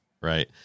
Right